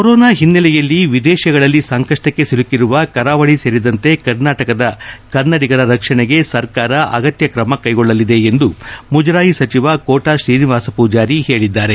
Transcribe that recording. corona ಹಿನ್ನಲೆಯಲ್ಲಿ ವಿದೇಶಗಳಲ್ಲಿ ಸಂಕಷ್ಟಕ್ಕೆ ಸಿಲುಕಿರುವ ಕರಾವಳಿ ಸೇರಿದಂತೆ ರಾಜ್ಯದ ಕನ್ನಡಿಗರ ರಕ್ಷಣೆಗೆ ಸರ್ಕಾರ ಅಗತ್ನ ಕ್ರಮ ಕೈಗೊಳ್ಳಲಿದೆ ಎಂದು ಮುಜರಾಯಿ ಸಚಿವ ಕೋಟಾ ಶ್ರೀನಿವಾಸ ಪೂಜಾರಿ ಹೇಳಿದ್ದಾರೆ